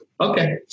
okay